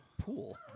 pool